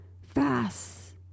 fast